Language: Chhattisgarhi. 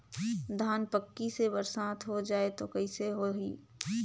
धान पक्की से बरसात हो जाय तो कइसे हो ही?